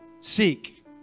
Seek